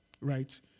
right